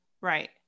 Right